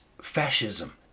fascism